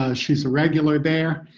ah she is a regular there.